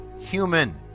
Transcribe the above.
human